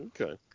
okay